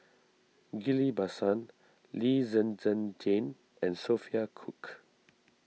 Ghillie Basan Lee Zhen Zhen Jane and Sophia Cooke